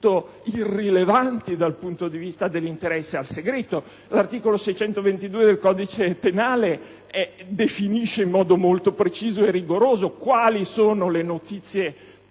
irrilevanti dal punto di vista dell'interesse al segreto. L'articolo 622 del codice penale definisce in modo molto preciso e rigoroso quali sono le notizie